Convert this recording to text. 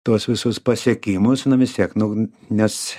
tuos visus pasiekimus nu vis tiek nu nes